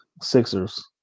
Sixers